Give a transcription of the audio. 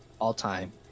all-time